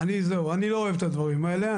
אני לא אוהב את הדברים האלה.